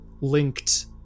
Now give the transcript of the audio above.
linked